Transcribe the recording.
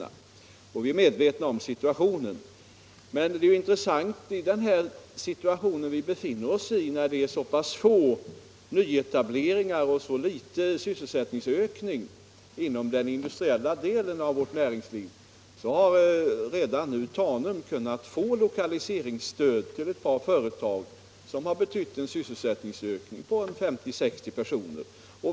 Vi är alla medvetna om situationens allvar. Men det är intressant att konstatera, att i dagens läge med de få nyetableringar och den lilla sysselsättningsökning inom den industriella sektorn av vårt näringsliv som vi nu har, så har Tanum redan fått lokaliseringsstöd till ett par företag, som har medfört en sysselsättningsökning på 50-60 personer.